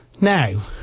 Now